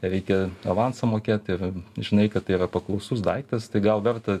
reikia avansą mokėt ir žinai kad tai yra paklausus daiktas tai gal verta